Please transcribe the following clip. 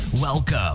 Welcome